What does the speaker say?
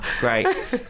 Great